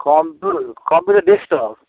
কম্পি computer desktop